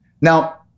Now